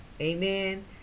Amen